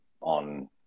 on